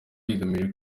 igamije